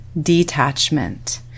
detachment